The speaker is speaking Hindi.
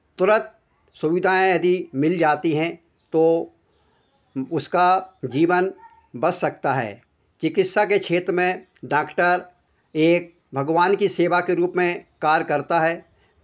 तुरंत सुविधाएँ यदि मिल जाती हैं तो उसका जीवन बच सकता है चिकित्सा के क्षेत्र में डॉक्टर एक भगवान की सेवा के रूप में कार्य करता है